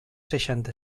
seixanta